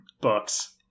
books